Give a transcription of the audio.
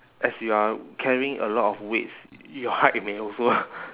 as you are carrying a lot of weights your height may also